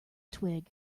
twig